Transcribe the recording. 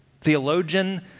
theologian